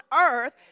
earth